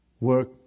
work